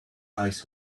ice